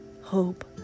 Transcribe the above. hope